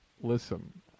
listen